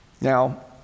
Now